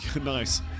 nice